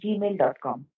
Gmail.com